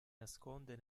nasconde